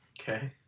Okay